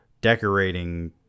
decorating